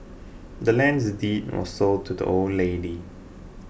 the land's deed was sold to the old lady